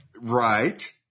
Right